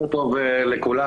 בוקר טוב לכולם,